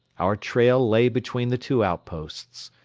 our trail lay between the two outposts.